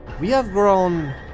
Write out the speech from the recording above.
we have grown.